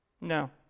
No